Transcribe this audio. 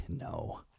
No